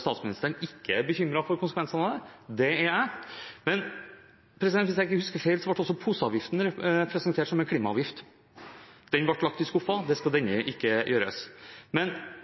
statsministeren ikke er bekymret for konsekvensene av dette. Det er jeg. Hvis jeg ikke husker feil, ble også poseavgiften presentert som en klimaavgift. Den ble lagt i skuffen – det skal ikke gjøres med denne. Men